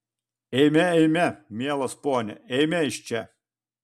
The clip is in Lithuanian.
eime eime mielas pone eime iš čia